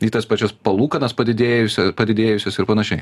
į tas pačias palūkanas padidėjusia padidėjusias ir panašiai